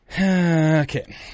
Okay